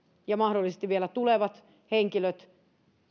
ja mahdollisesti vielä tulevat henkilöt